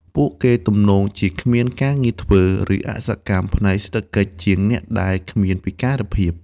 ពួកគេទំនងជាគ្មានការងារធ្វើ ឬអសកម្មផ្នែកសេដ្ឋកិច្ចជាងអ្នកដែលគ្មានពិការភាព។